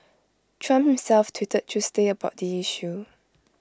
Trump himself tweeted Tuesday about the issue